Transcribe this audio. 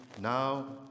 now